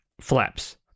flaps